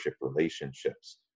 relationships